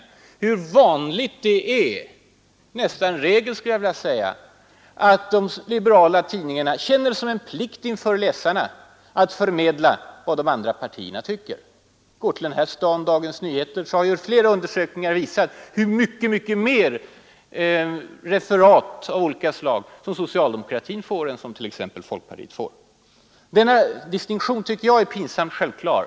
Och vi vet hur vanligt det är — jag vill nästan säga att det är regel — att de liberala tidningarna känner det som sin plikt inför läsarna att förmedla vad de andra partierna tycker. Se bara på Dagens Nyheter här i staden! Ett flertal undersökningar har visat att socialdemokratin där får många fler referat av olika slag än folkpartiet. Denna distinktion mellan nyhetsförmedling och opinionsbildning tycker jag är pinsamt självklar.